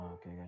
okay